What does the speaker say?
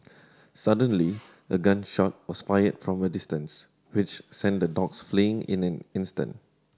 suddenly a gun shot was fired from a distance which sent the dogs fleeing in an instant